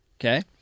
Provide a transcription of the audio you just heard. Okay